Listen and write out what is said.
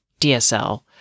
DSL